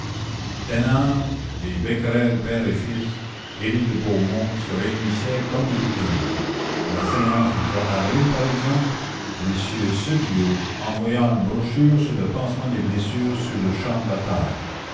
les becquerel père et fils elie de beaumont se réunissaient comme de coutume a la séance du avril par exemple m sedillot envoya une brochure sur le pansement des blessures sur le champ de bataille